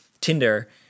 Tinder